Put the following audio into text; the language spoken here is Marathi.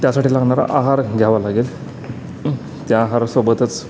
त्यासाठी लागणारा आहार घ्यावा लागेल त्या आहारासोबतच